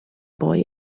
boy